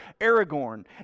Aragorn